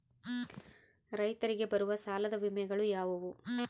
ರೈತರಿಗೆ ಬರುವ ಸಾಲದ ವಿಮೆಗಳು ಯಾವುವು?